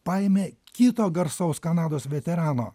paėmė kito garsaus kanados veterano